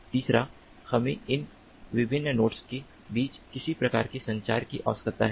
तीसरा हमें इन विभिन्न नोड्स के बीच किसी तरह के संचार की आवश्यकता है